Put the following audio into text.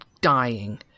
dying